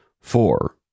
Four